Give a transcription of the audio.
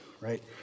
right